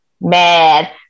mad